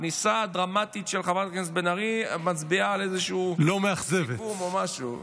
הכניסה הדרמטית של חברת הכנסת בן ארי מצביעה על איזשהו סיכום או משהו.